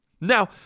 Now